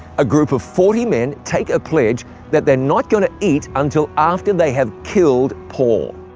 a group of forty men take a pledge that they're not gonna eat until after they have killed paul.